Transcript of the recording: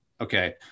okay